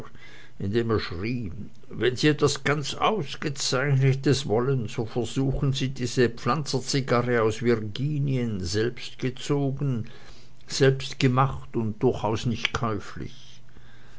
indem er schrie wenn sie etwas ganz ausgezeichnetes wollen so versuchen sie diese pflanzerzigarre aus virginien selbstgezogen selbstgemacht und durchaus nicht käuflich